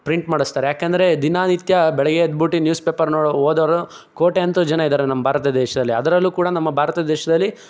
print ಮಾಡಿಸ್ತಾರೆ ಏಕೆಂದರೆ ದಿನಾ ನಿತ್ಯ ಬೆಳಗ್ಗೆ ಎದ್ಬಿಟ್ಟು ನ್ಯೂಸ್ ಪೇಪರ್ ನೋ ಓದೋರು ಕೋಟ್ಯಂತರ ಜನ ಇದ್ದಾರೆ ನಮ್ಮ ಭಾರತ ದೇಶದಲ್ಲಿ ಅದರಲ್ಲೂ ಕೂಡ ನಮ್ಮ ಭಾರತ ದೇಶದಲ್ಲಿ